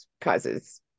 causes